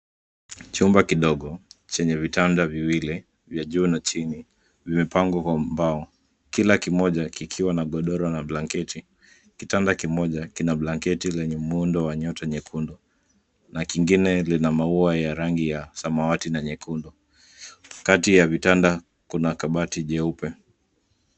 Chumba kidogo chenye vitanda viwili vya juu na chini vimepangwa kwa mbao. Kila moja kikiwa na godoro na blanketi. Kitanda kimoja kina blanketi lenye muundo wa nyota nyekundu na kingine lina maua ya rangi ya samawati na nyekundu. Kati ya vitanda kuna kabati jeupe.